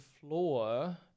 floor